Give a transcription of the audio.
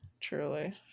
truly